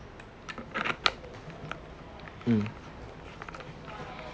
mm